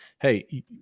hey